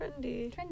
Trendy